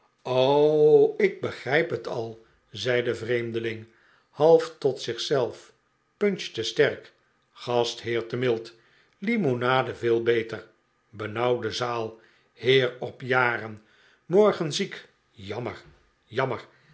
o ik begrijp het al zei de vreemdeling half tot zich zelf punch te sterk gastheer al te mild limonade veel beter benauwde zaal heer op jaren morgen ziek jammer jammer